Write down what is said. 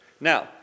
Now